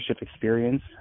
experience